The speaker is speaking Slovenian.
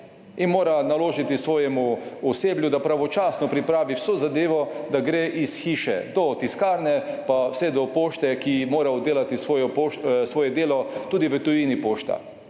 in mora naložiti svojemu osebju, da pravočasno pripravi vso zadevo, da gre iz hiše do tiskarne, pa vse do pošte, ki mora oddelati svojo pošto, svoje delo, tudi v tujini, pošta.